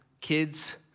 kids